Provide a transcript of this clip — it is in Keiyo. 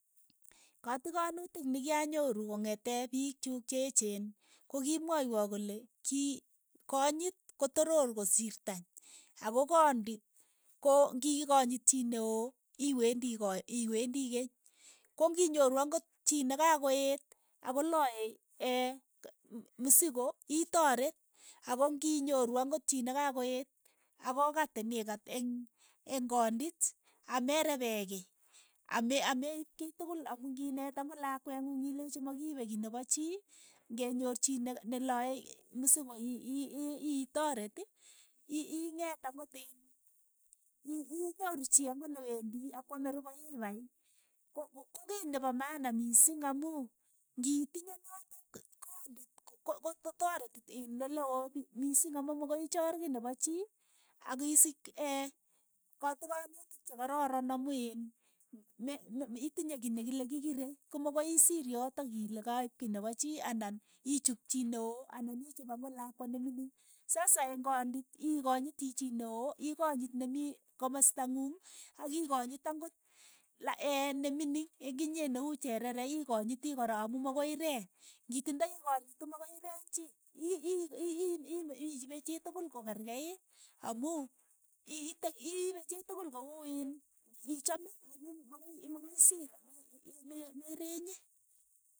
Katikanutik nikianyoru kong'ete piik chuu che echeen ko kimwaiywo kole chii konyit kotoror kosir tany, ako kondit ko ngokonyit chii neoo iwendi koe iwendi keeny, ko ng'inyoru ang'ot chii ne ka koeet akoloe msigo itoreet ako ng'inyoru ang'ot chii ne kakoeet ak kokatiin ikaat eng' eng kondit a merepee kei, ame- ameiip kiy tukul amu ngi'net akot lakweng'ung ilechi makiiepe kiy nepo chii ng'enyoor chii ne- nelae musiko ii- ii- itareeti ii- ii- iing'et ang'ot iin ii- ii- inyoru chii ang'ot chii ne wendi akwame rupa ipai, ko- ko kokiy nepa maana misiing amu ng'itinye notok ko- kondit ko- ko- kotareti iin ole oo mi- misiing amo- mo mo koichoor kiy nepo chii akisich kotikonutik che karoron amu iin me- me itinye kiy nekile kikirei komakoi isiir yotok ile kaip kiy nepo chii anan ichuup chii neoo anan ichuup ang'ot lakwa nemining, sasa eng' kondit ikonyitii chii neoo ikonyit ne mii komasta ng'ung akikonyit akot la ne mining ing'inyee ne uu cherere ikonyitii kora amu mokoireeny, ng'itindoi konyit komokoi ireeny chii. ii- ii- ii chii tukul ko kerkeiit, amu ii- ite- iipe chii tukul ko uu iin ny ichame amu mokoi mokoi isiir amu i- i- i merenye.